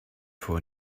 for